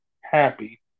happy